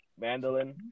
mandolin